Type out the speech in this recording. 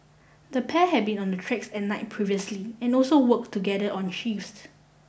the pair had been on the tracks at night previously and also worked together on shifts